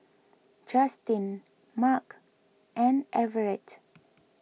Justin Marc and Everette